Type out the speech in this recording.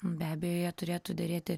be abejo jie turėtų derėti